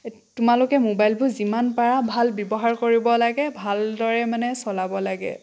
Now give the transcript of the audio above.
তোমালোকে মোবাইলবোৰ যিমান পাৰা ভাল ব্যৱহাৰ ব্যৱহাৰ কৰিব লাগে ভালদৰে মানে চলাব লাগে